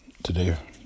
today